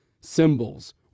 symbols